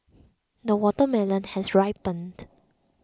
the watermelon has ripened